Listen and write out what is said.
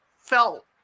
felt